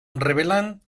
revelan